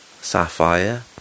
sapphire